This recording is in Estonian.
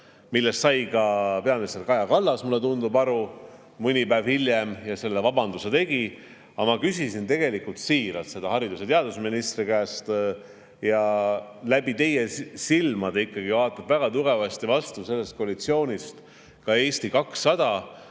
Sellest sai ka peaminister Kaja Kallas, mulle tundub, mõni päev hiljem aru ja vabandas. Aga ma küsisin tegelikult siiralt seda haridus‑ ja teadusministri käest – ja teie silmade kaudu ikkagi vaatab väga tugevasti vastu sellest koalitsioonist ka Eesti 200,